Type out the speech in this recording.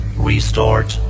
Restored